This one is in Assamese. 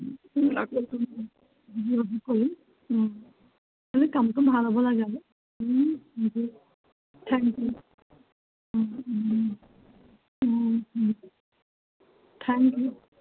খালী কামটো ভাল লাগে অলপ থেংক ইউ থেংক ইউ